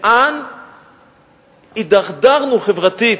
לאן הידרדרנו חברתית?